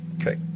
Okay